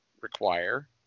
require